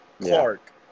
Clark